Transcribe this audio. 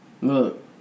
Look